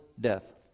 death